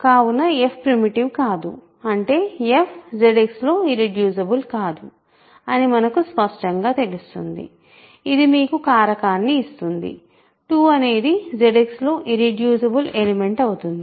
కావున f primitive కాదు అంటే f ZX లో ఇర్రెడ్యూసిబుల్ కాదు అని మనకు స్పష్టంగా తెలుస్తుందిఇది మీకు కారకాన్ని ఇస్తుంది 2 అనేది ZX లో ఇర్రెడ్యూసిబుల్ఎలిమెంట్ అవుతుంది